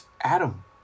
Adam